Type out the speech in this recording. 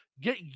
get